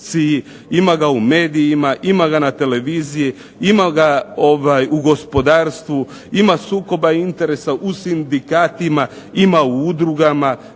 ima ga u medijima, ima ga na televiziji, ima ga u gospodarstvu. Ima sukoba interesa u sindikatima, ima u udrugama.